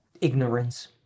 ignorance